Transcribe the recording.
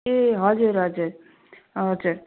ए हजुर हजुर हजुर